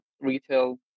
retail